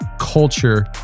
culture